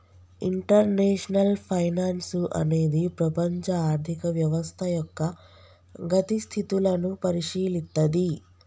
international finance అనేది ప్రపంచ ఆర్థిక వ్యవస్థ యొక్క గతి స్థితులను పరిశీలిత్తది